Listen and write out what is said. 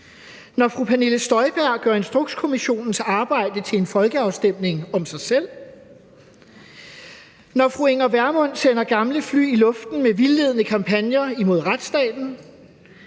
når fru Pernille Støjberg gør Instrukskommissionens arbejde til en folkeafstemning om sig selv, når fru Inger Vermund sender gamle fly i luften med vildledende kampagner imod retsstaten,